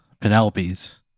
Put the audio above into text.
penelope's